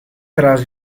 tras